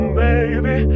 baby